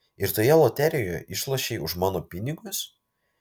ir toje loterijoje išlošei už mano pinigus